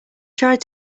tried